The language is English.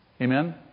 Amen